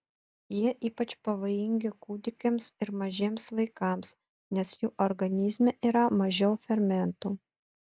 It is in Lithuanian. jie ypač pavojingi kūdikiams ir mažiems vaikams nes jų organizme yra mažiau fermentų